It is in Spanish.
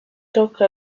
toca